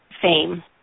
fame